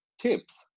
tips